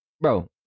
bro